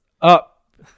Up